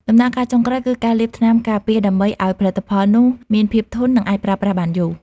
ដំណាក់កាលចុងក្រោយ គឺការលាបថ្នាំការពារ ដើម្បីឱ្យផលិតផលនោះមានភាពធន់ និងអាចប្រើប្រាស់បានយូរ។